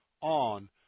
on